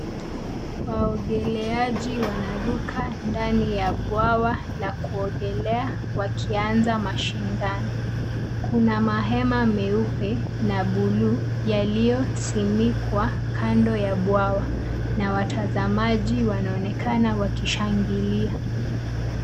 Waogeleaji wanaruka ndani ya bwana la kuogelea wakianza mashindano. Kuna mahema meupe na bluu yaliyo sinikwa kando ya bwawa na watazamaji wanaonekana wakishangilia.